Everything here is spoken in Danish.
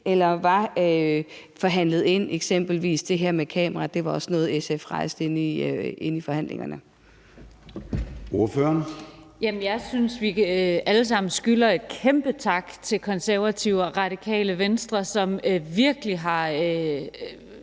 allerede var pillet ud, eksempelvis det her med kameraer? Det var også noget, SF rejste inde i forhandlingerne.